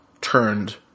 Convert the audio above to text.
turned